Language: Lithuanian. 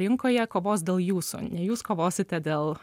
rinkoje kovos dėl jūsų ne jūs kovosite dėl